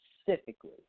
specifically